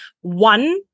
one